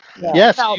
Yes